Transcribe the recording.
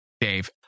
Dave